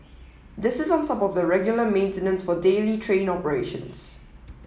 this is on top of the regular maintenance for daily train operations